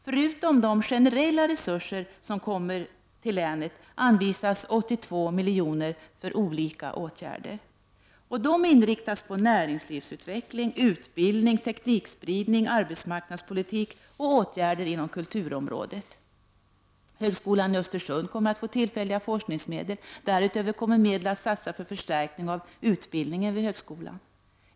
Förutom de generella resurser som kommer till länet anvisas 82 milj.kr. för olika åtgärder. Dessa inriktas på näringslivsutveckling, utbildning, teknikspridning, arbetsmarknadspolitik och åtgärder inom kulturområdet. Högskolan i Östersund kommer att få tillfälliga forskningsmedel från anslaget för infrastrukturinsatser. Därutöver kommer medel att satsas för förstärkning av utbildningen vid högskolan.